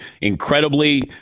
Incredibly